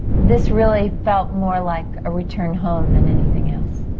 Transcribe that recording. this really felt more like a return home than anything else.